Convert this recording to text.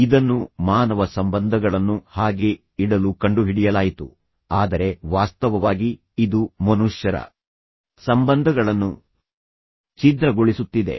ಇದನ್ನು ಮಾನವ ಸಂಬಂಧಗಳನ್ನು ಹಾಗೇ ಇಡಲು ಕಂಡುಹಿಡಿಯಲಾಯಿತು ಆದರೆ ವಾಸ್ತವವಾಗಿ ಇದು ಮನುಷ್ಯರ ಸಂಬಂಧಗಳನ್ನು ಛಿದ್ರಗೊಳಿಸುತ್ತಿದೆ